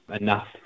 enough